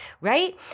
Right